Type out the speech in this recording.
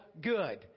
good